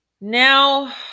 now